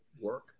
work